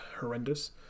horrendous